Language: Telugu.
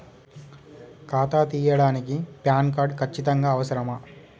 ఖాతా తీయడానికి ప్యాన్ కార్డు ఖచ్చితంగా అవసరమా?